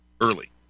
Early